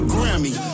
Grammy